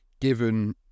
given